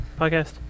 podcast